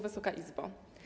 Wysoka Izbo!